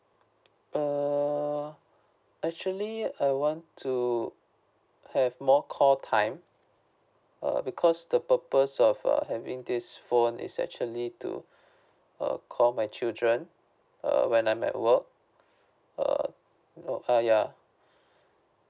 err actually I want to have more call time err because the purpose of uh having this phone is actually to uh call my children uh when I'm at work err ah ya